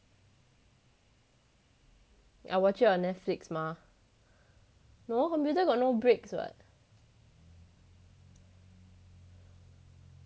I watch it on netflix mah no computer got no breaks [what]